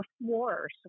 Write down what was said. wars